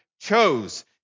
chose